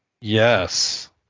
Yes